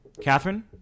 Catherine